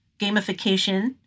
gamification